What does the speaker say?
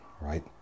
right